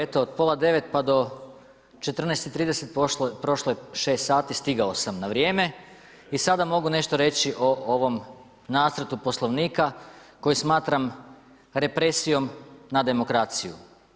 Eto od pola 9 pa do 14,30 prošlo je 6 sati, stigao san na vrijeme i sada mogu nešto reći o ovom Nacrtu Poslovnika koji smatram represijom na demokraciju.